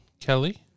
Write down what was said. Kelly